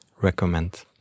recommend